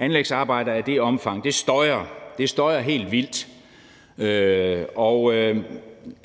anlægsarbejde af det omfang støjer, og det støjer helt vildt,